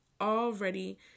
already